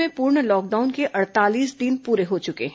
राज्य में पूर्ण लॉकडाउन के अड़तालीस दिन पूरे हो चुके हैं